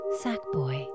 Sackboy